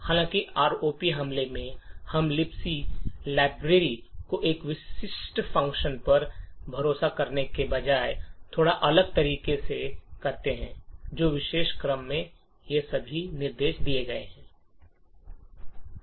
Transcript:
हालांकि आरओपी हमले में हम लिबक लाइब्रेरी में एक विशिष्ट फ़ंक्शन पर भरोसा करने के बजाय थोड़ा अलग तरीके से करते हैं जो इस विशेष क्रम में ये सभी निर्देश हैं